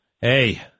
Hey